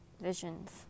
visions